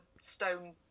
stone